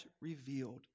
revealed